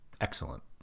excellent